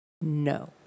no